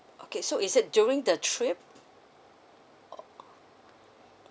okay so is it during the trip o~